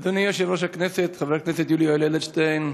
אדוני יושב-ראש הכנסת חבר הכנסת יולי יואל אדלשטיין,